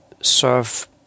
serve